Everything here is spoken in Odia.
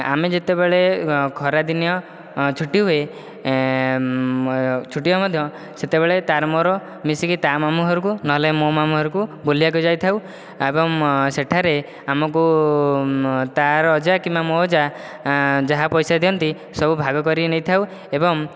ଆମେ ଯେତେବେଳେ ଖରାଦିନିଆ ଛୁଟି ହୁଏ ଛୁଟିରେ ମଧ୍ୟ ସେତେବେଳେ ତା'ର ମୋ'ର ମିଶିକି ତା' ମାମୁଁଘରକୁ ନହେଲେ ମୋ' ମାମୁଁଘରକୁ ବୁଲିବାକୁ ଯାଇଥାଉ ଏବଂ ସେଠାରେ ଆମକୁ ତା'ର ଅଜା କିମ୍ବା ମୋ' ଅଜା ଯାହା ପଇସା ଦିଅନ୍ତି ସବୁ ଭାଗ କରିକି ନେଇଥାଉ ଏବଂ